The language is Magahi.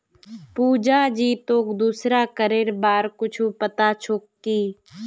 पुजा जी, तोक दूसरा करेर बार कुछु पता छोक की